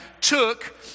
took